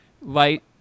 light